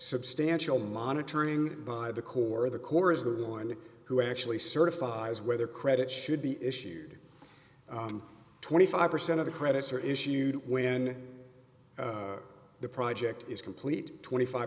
substantial monitoring by the corps the corps is the one who actually certifies whether credit should be issued twenty five percent of the credits are issued when the project is complete twenty five